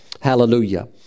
Hallelujah